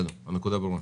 הנקודה ברורה.